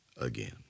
again